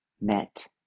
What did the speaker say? met